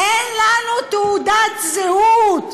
אין לנו תעודת זהות,